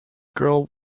girl